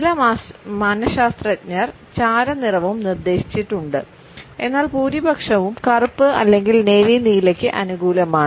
ചില മനശാസ്ത്രജ്ഞർ ചാരനിറവും നിർദ്ദേശിച്ചിട്ടുണ്ട് എന്നാൽ ഭൂരിപക്ഷവും കറുപ്പ് അല്ലെങ്കിൽ നേവി നീലയ്ക്ക് അനുകൂലമാണ്